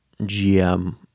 GM